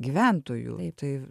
gyventojų tai